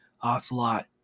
Ocelot